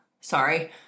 Sorry